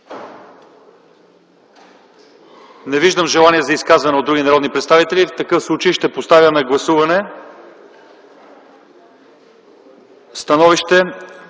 Не виждам желания за изказвания от други народни представители. В такъв случай ще поставя на гласуване Проекта